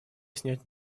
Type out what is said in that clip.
снять